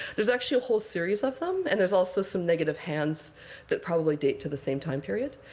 there's actually a whole series of them. and there's also some negative hands that probably date to the same time period.